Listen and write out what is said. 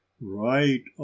right